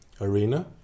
arena